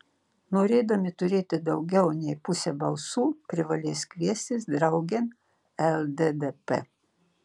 norėdami turėti daugiau nei pusę balsų privalės kviestis draugėn lddp